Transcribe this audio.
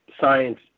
science